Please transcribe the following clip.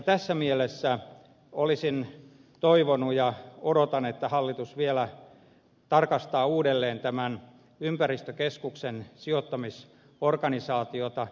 tässä mielessä olisin toivonut ja odotan että hallitus vielä tarkastaa uudelleen ympäristökeskuksen sijoittamisorganisaatiota